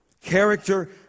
character